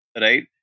right